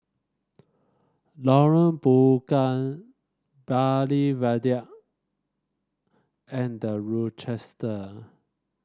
Lorong Bunga Bartley Viaduct and The Rochester